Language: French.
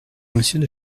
monsieur